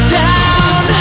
down